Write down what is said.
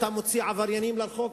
אתה מוציא עבריינים לרחוב?